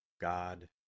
God